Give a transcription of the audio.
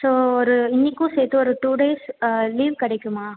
so ஒரு இன்றைக்கும் சேர்த்து ஒரு டூ டேஸ் லீவ் கிடைக்குமா